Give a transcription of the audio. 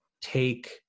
take